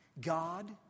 God